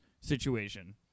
situation